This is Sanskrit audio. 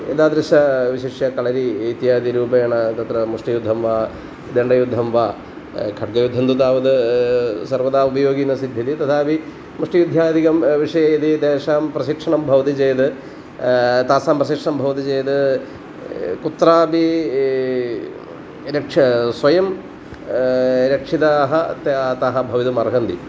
एतादृशं विशिष्य कळरि इत्यादिरूपेण तत्र मुष्टियुद्धं वा दण्डयुद्धं वा खड्डयुद्धं तु तावद् सर्वदा उपयोगि न सिद्ध्यते तथापि मुष्टियुद्ध्यादिकं विषये यदि तेषां प्रशिक्षणं भवति चेद् तासां प्रशिक्षणं भवति चेद् कुत्रापि यद्रक्षणं स्वयं रक्षिताः त्या ताः भवितुम् अर्हन्ति